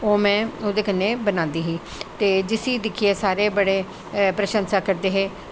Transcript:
ओह् में ओह्दे कन्नै बनांदी ही ते जिस्सी दिक्खियै सारे बड़े प्रशसा करदे हे